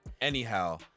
Anyhow